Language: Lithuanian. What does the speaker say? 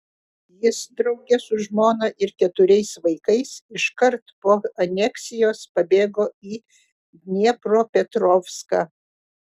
jis drauge su žmona ir keturiais vaikais iškart po aneksijos pabėgo į dniepropetrovską